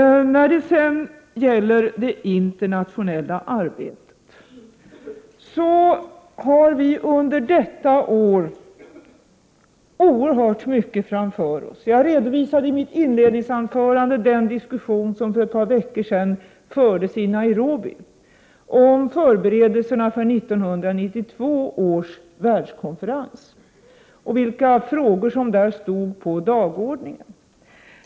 När det sedan gäller det internationella arbetet har vi under detta år oerhört mycket framför oss. Jag redovisade i mitt inledningsanförande den diskussion som för ett par veckor sedan fördes i Nairobi om förberedelserna för 1992 års världskonferens och vilka frågor som där stod på dagordningen.